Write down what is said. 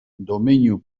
domeinu